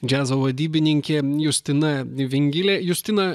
džiazo vadybininkė justina vingilė justina